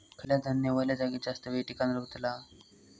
खयला धान्य वल्या जागेत जास्त येळ टिकान रवतला?